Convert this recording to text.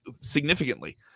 significantly